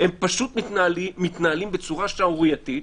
פשוט מתנהלים בצורה שערורייתית,